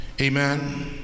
amen